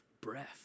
breath